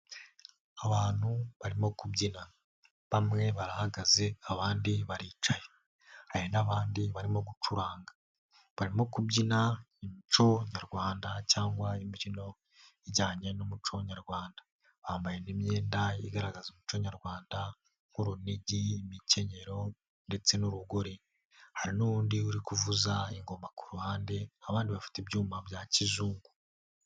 Abantu barimo kubyina, bamwe barahagaze abandi baricaye, hari n'abandi barimo gucuranga, barimo kubyina imico nyarwanda cyangwa imbyino ijyanye n'umuco nyarwanda, bambaye imyenda igaragaza umuco nyarwanda nk'urunigi, imikenyero, ndetse n'urugori, hari n'undi uri kuvuza ingoma ku ruhande, abandi bafite ibyuma bya kizungu.